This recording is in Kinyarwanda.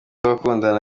w’abakundana